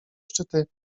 szczyty